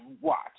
watch